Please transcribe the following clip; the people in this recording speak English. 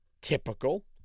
typical